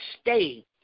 stay